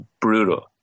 brutal